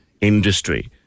industry